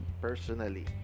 personally